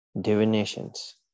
divinations